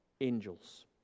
angels